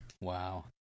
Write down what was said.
Wow